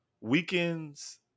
weekends